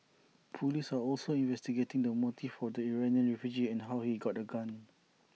Police are also investigating the motives for the Iranian refugee and how he got A gun